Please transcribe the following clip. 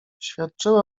świadczyły